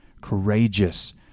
courageous